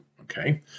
Okay